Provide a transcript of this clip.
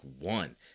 one